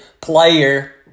player